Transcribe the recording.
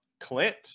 Clint